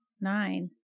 nine